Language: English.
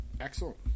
excellent